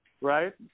right